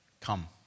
Come